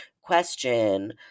question